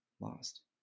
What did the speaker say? lost